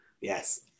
Yes